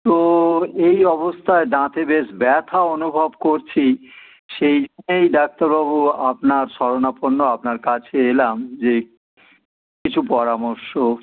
তো এই অবস্থায় দাঁতে বেশ ব্যথা অনুভব করছি সেই জন্যই ডাক্তারবাবু আপনার শরণাপন্ন আপনার কাছে এলাম যে কিছু পরামর্শ